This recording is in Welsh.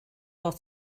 fod